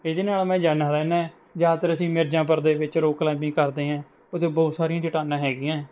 ਇਹਦੇ ਨਾਲ਼ ਮੈਂ ਜਾਂਦਾ ਰਹਿੰਦਾ ਜ਼ਿਆਦਾਤਰ ਅਸੀਂ ਮਿਰਜ਼ਾਪੁਰ ਦੇ ਵਿੱਚ ਰੌਕ ਕਲਾਈਮਬਿੰਗ ਕਰਦੇ ਹਾਂ ਉੱਥੇ ਬਹੁਤ ਸਾਰੀਆਂ ਚੱਟਾਨਾਂ ਹੈਗੀਆਂ